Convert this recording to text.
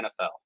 NFL